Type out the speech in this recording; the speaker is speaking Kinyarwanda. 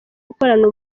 gukorana